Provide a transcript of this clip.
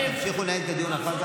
תמשיכו לנהל את הדיון אחר כך,